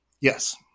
Yes